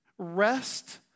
Rest